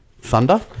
Thunder